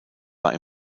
war